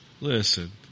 Listen